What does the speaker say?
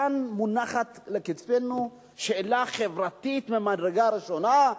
כאן מונחת על כתפינו שאלה חברתית ממדרגה ראשונה: